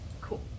Cool